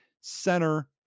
center